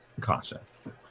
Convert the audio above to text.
cautious